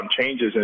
changes